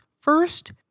First